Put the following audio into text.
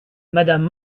madame